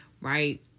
right